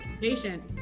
patient